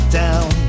down